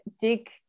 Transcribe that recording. dig